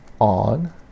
on